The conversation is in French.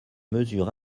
mesures